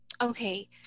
Okay